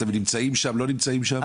אתם נמצאים שם לא נמצאים שם?